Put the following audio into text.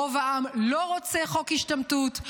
רוב העם לא רוצה חוק השתמטות,